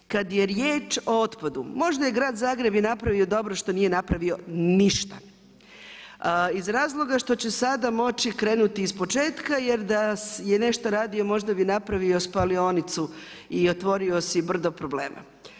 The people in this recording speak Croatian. Kada je riječ o otpadu, možda je grad Zagreb i napravio dobro što nije napravio ništa iz razloga što će sada moći krenuti iz početka, jer da je nešto radio možda bi napravio spalionicu i otvorio si brdo problema.